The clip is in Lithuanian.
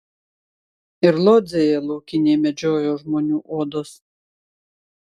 ir lodzėje laukiniai medžiojo žmonių odas